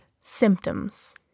symptoms